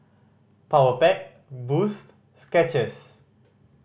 Powerpac Boost Skechers